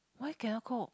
why cannot go